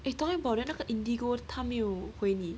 eh talking about that 那个 indigo 他没有回你